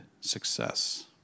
success